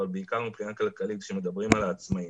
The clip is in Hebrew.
אבל בעיקר מבחינה כלכלית כשמדברים על העצמאים.